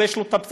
ויש לו פסק-דין.